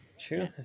True